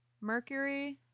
Mercury